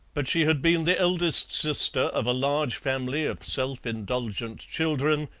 but she had been the eldest sister of a large family of self-indulgent children,